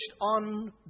on